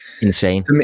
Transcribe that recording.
Insane